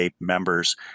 members